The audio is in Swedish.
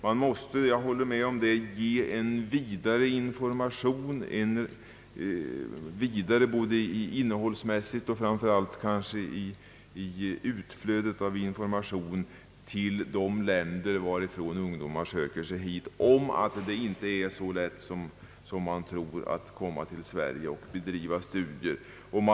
Man måste förmedla en både innehållsmässigt och kvantitativt vidare information till de länder varifrån ungdomar söker sig hit; man måste upplysa om att det inte är så lätt som många tror att bedriva studier i Sverige.